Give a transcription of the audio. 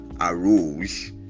Arose